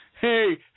Hey